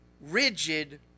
rigid